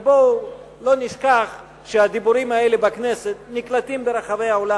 ובואו לא נשכח שהדיבורים האלה בכנסת נקלטים ברחבי העולם.